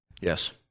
Yes